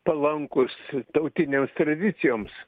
palankūs tautinėms tradicijoms